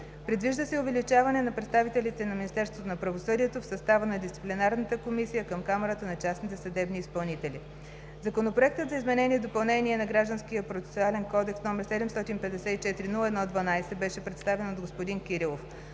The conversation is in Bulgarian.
Предвижда се и увеличаване на представителите на Министерството на правосъдието в състава на дисциплинарната комисия към Камарата на частните съдебни изпълнители. Законопроектът за изменение и допълнение на Гражданския процесуален кодекс, № 754-01-12, беше представен от господин Кирилов.